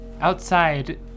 outside